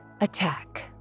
attack